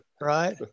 Right